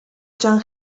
chung